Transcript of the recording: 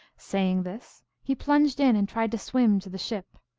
saying this he plunged in, and tried to swim to the ship.